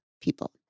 people